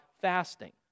fasting